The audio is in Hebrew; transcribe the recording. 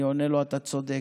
אני עונה לו: אתה צודק.